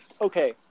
Okay